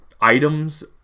items